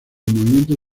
movimiento